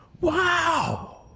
Wow